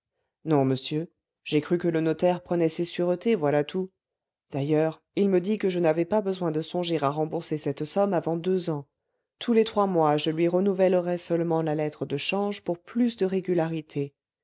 non monsieur j'ai cru que le notaire prenait ses sûretés voilà tout d'ailleurs il me dit que je n'avais pas besoin de songer à rembourser cette somme avant deux ans tous les trois mois je lui renouvellerais seulement la lettre de change pour plus de régularité